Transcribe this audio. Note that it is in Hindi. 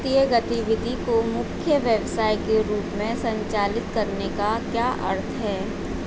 वित्तीय गतिविधि को मुख्य व्यवसाय के रूप में संचालित करने का क्या अर्थ है?